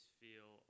feel